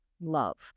love